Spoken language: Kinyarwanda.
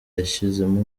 yashizemo